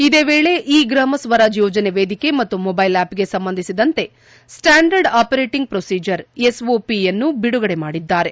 ಇದೇ ವೇಳೆ ಇ ಗ್ರಾಮ ಸ್ವರಾಜ್ ಯೋಜನೆ ವೇದಿಕೆ ಮತ್ತು ಮೊಬೈಲ್ ಆ್ವಪ್ಗೆ ಸಂಬಂಧಿಸಿದಂತೆ ಸ್ವ್ಯಾಂಡರ್ಡ್ ಆಪರೇಟಿಂಗ್ ಪ್ರೊಸೀಜರ್ ಎಸ್ಒಪಿ ಅನ್ನು ಬಿಡುಗಡೆ ಮಾಡಿದ್ದಾರೆ